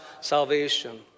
salvation